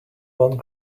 one